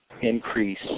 increase